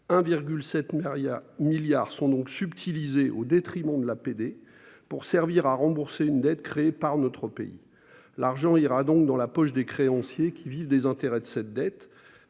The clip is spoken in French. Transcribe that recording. de l'aide publique au développement, pour servir à rembourser une dette créée par notre pays. L'argent ira donc dans la poche de créanciers qui vivent des intérêts de cette dette,